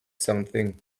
something